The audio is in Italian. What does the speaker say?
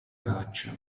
caccia